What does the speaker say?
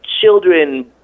children